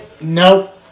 Nope